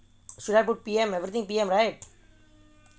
should I put P_M everything P_M right